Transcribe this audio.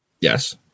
Yes